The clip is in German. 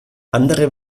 andere